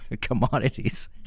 commodities